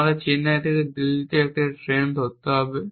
আমাকে চেন্নাই থেকে দিল্লিতে একটি ট্রেন ধরতে হবে